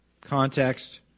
context